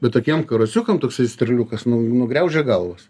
bet tokiem karosiukam toksai sterliukas nu nugriaužia galvas